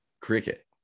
Cricket